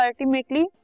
ultimately